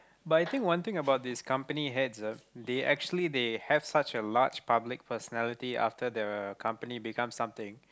but I think one thing about this company heads ah they actually they have such a large public personality after the company becomes something